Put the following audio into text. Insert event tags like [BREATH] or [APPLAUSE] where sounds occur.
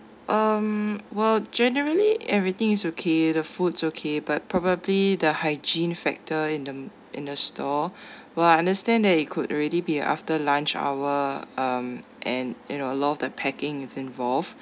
um well generally everything is okay the food is okay but probably the hygiene factor in the in the store [BREATH] well I understand that it could already be after lunch hour um and you know a lot of the packing is involved